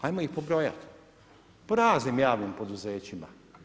Ajmo ih pobrojati, po raznim javnim poduzećima.